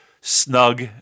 snug